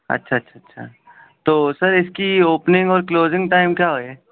اچھا اچھا اچھا تو سر اس کی اوپننگ اور کلوزنگ ٹائم کیا ہوے